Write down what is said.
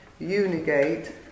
Unigate